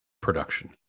production